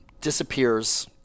disappears